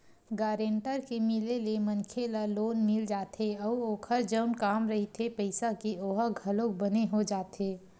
guarantor के मिले ले मनखे ल लोन मिल जाथे अउ ओखर जउन काम रहिथे पइसा के ओहा घलोक बने हो जाथे